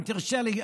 אם תרשה לי,